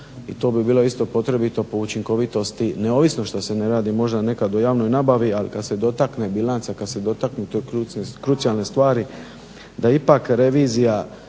i to bi bilo isto potrebito po učinkovitosti neovisno što se ne radi možda nekad o javnoj nabavi ali kada se dotakne bilanca kada se dotaknu krucijalne stvari da ipak revizija